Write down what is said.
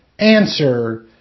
Answer